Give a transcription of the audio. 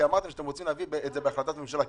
כי אמרתם שאתם רוצים להביא את זה בהחלטת ממשלה,